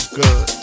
good